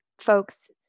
folks